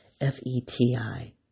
F-E-T-I